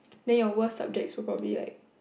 then your worst subject were probably like